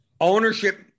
ownership